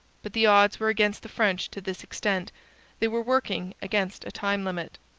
but the odds were against the french to this extent they were working against a time limit.